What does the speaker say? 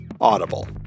audible